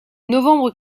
novembre